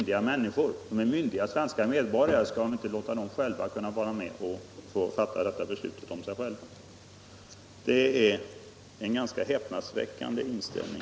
Det gäller här myndiga svenska medborgare. Skall vi inte kunna låta dem själva fatta detta beslut? Det avslöjar en ganska häpnadsväckande inställning.